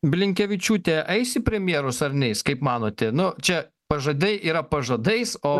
blinkevičiūtė eis į premjerus ar neis kaip manote nu čia pažadai yra pažadais o